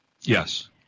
Yes